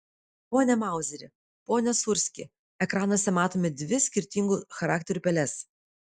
pone mauzeri pone sūrski ekranuose matome dvi skirtingų charakterių peles